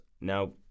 now